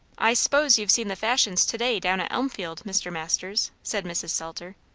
i s'pose you've seen the fashions to-day down at elmfield, mr. masters, said mrs. salter.